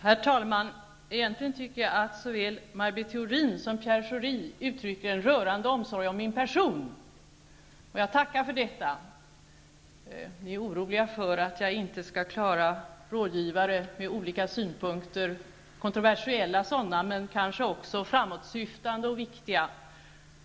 Herr talman! Såväl Maj Britt Theorin som Pierre Schori uttrycker egentligen en rörande omsorg om min person. Jag tackar för det. Ni är oroliga för att jag inte skall klara att hantera rådgivare med olika synpunkter -- kontroversiella synpunkter, men också kanske framåtsyftande och viktiga.